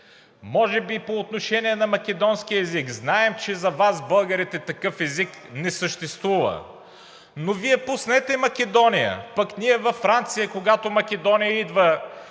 Може би по отношение на македонския език – знаем, че за Вас, българите, такъв език не съществува, но Вие пуснете Македония, пък ние във Франция, когато Македония идва